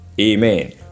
Amen